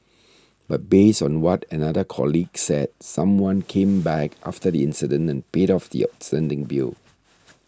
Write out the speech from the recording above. but based on what another colleague said someone came back after the incident and paid off the outstanding bill